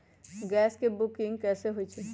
Gas के booking कैसे होईछई?